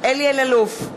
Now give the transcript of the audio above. אלי אלאלוף,